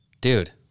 Dude